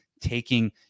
Taking